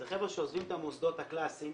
אלה חבר'ה שעוזבים את המוסדות הקלאסיים